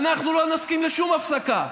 אנחנו לא נסכים לשום הפסקה.